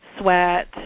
sweat